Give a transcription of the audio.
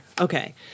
Okay